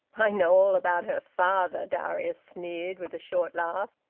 i know all about her father, darius sneered, with a short laugh.